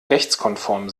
rechtskonform